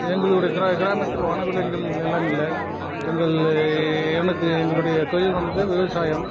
எங்களுடைய கிரா கிராமத்தில் வன விலங்குகளெல்லாம் இல்லை எங்கள் எனக்கு எங்களுடைய தொழில் வந்து விவசாயம்